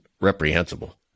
reprehensible